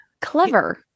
clever